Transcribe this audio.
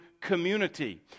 community